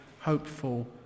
hopeful